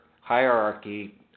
hierarchy